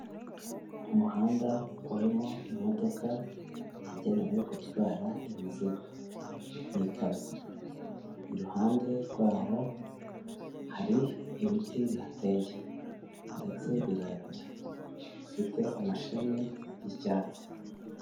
Umuhanda urimo imodoka yagenewe gutwara imizigo, ni ikamyo iruhande rwaho hari ibiti bihateye ndetse birebire bifite amashami y'icyatsi.